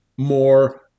More